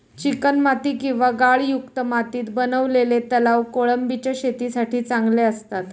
चिकणमाती किंवा गाळयुक्त मातीत बनवलेले तलाव कोळंबीच्या शेतीसाठी चांगले असतात